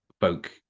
folk